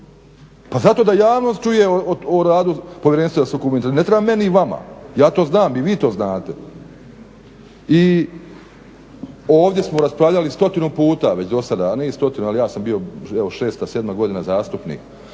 Pa zato da javnost čuje o radu Povjerenstva za sukob interesa. Ne treba meni i vama. Ja to znam i vi to znate. I ovdje smo raspravljali stotinu puta već do sada, ne stotinu, ali ja sam bio evo šesta, sedma godina zastupnik.